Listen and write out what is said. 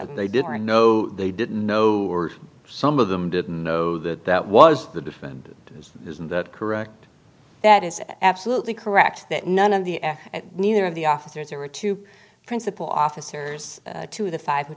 said they didn't know they didn't know who were some of them didn't know that that was the difference is that correct that is absolutely correct that none of the f neither of the officers there were two principal officers to the five